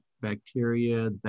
bacteria